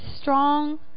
strong